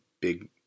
big